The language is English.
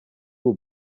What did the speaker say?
will